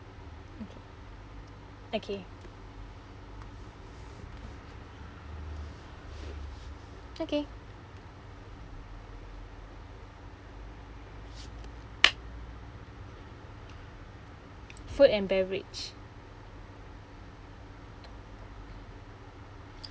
okay okay food and beverage